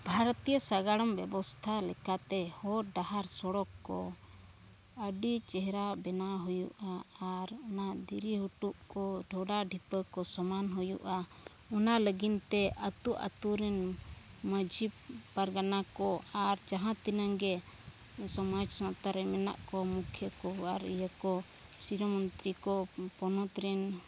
ᱵᱷᱟᱨᱚᱛᱤᱭᱚ ᱥᱟᱸᱜᱟᱲᱚᱢ ᱵᱮᱵᱚᱥᱛᱷᱟ ᱞᱮᱠᱟᱛᱮ ᱦᱚᱨ ᱰᱟᱦᱟᱨ ᱥᱚᱲᱚᱠ ᱠᱚ ᱟᱹᱰᱤ ᱪᱮᱦᱨᱟ ᱵᱮᱱᱟᱣ ᱦᱩᱭᱩᱜᱼᱟ ᱟᱨ ᱚᱱᱟ ᱫᱷᱤᱨᱤ ᱦᱩᱴᱩᱜ ᱠᱚ ᱰᱚᱰᱷᱟ ᱰᱷᱤᱯᱟᱹ ᱠᱚ ᱥᱚᱢᱟᱱ ᱦᱩᱭᱩᱜᱼᱟ ᱚᱱᱟ ᱞᱟᱹᱜᱤᱫ ᱛᱮ ᱟᱹᱛᱩ ᱟᱹᱛᱩ ᱨᱮᱱ ᱢᱟᱺᱡᱷᱤ ᱯᱟᱨᱜᱟᱱᱟ ᱠᱚ ᱟᱨ ᱡᱟᱦᱟᱸ ᱛᱤᱱᱟᱹᱜ ᱜᱮ ᱥᱚᱢᱟᱡᱽ ᱥᱟᱶᱛᱟ ᱨᱮ ᱢᱮᱱᱟᱜ ᱠᱚ ᱢᱩᱠᱷᱤᱭᱟᱹ ᱠᱚ ᱟᱨ ᱤᱭᱟᱹ ᱠᱚ ᱥᱤᱨᱟᱹ ᱢᱚᱱᱛᱨᱤ ᱠᱚ ᱯᱚᱱᱚᱛ ᱨᱮᱱ